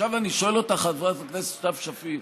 עכשיו אני שואל אותך, חברת הכנסת סתיו שפיר: